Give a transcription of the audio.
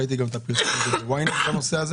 ראיתי גם את הפרסום בוו'ינט בנושא הזה